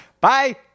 Bye